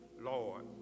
Lord